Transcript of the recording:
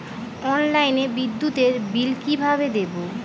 অনলাইনে বিদ্যুতের বিল কিভাবে দেব?